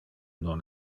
non